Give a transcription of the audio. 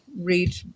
read